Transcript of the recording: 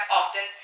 often